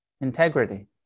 integrity